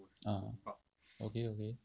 ah okay okay